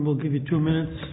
will give you two minutes